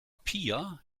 pia